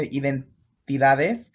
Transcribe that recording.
identidades